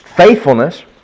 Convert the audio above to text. faithfulness